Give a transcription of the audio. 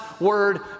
word